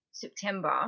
September